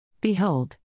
Behold